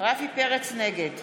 נגד